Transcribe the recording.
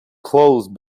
closed